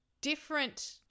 different